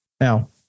now